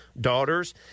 daughters